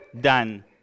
done